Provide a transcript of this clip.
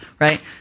right